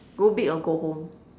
go big or go home